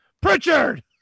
Pritchard